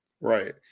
Right